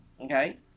Okay